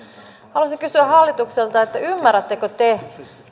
haluaisin kysyä hallitukselta ymmärrättekö te